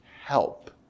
Help